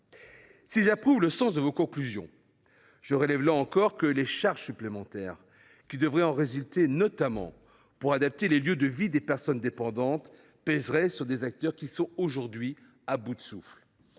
Si j’approuve le sens de vos conclusions, je relève, là encore, que les charges supplémentaires qui devraient en résulter, notamment pour adapter les lieux de vie des personnes dépendantes, pèseraient sur des acteurs aujourd’hui à bout de souffle.